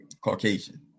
Caucasian